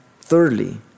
thirdly